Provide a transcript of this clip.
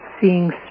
seeing